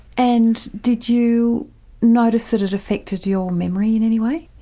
and did you notice that it affected your memory in any way?